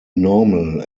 normal